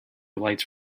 lights